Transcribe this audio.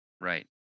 right